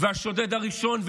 והשודד הראשון,